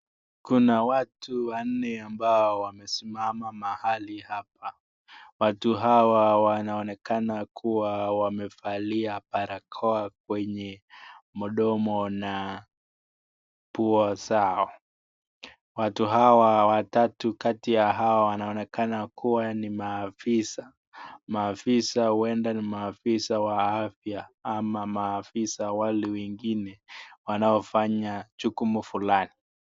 Kuna watu wanne ambao wamesimama mahali hapa ,watu hawa wanaonekana kuwa wamevalia barakoa kwenye mdomo na pua zao, watu hawa watatu kati ya hawa wanaonekana kuwa ni maafisa, maafisa huenda ni maafisa wa afya ama maafisa wengine wanaofanya jukumu fulani.